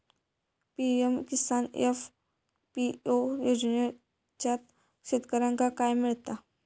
PM Kisan FPO योजनाच्यात शेतकऱ्यांका काय मिळता?